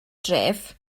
dref